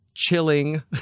chilling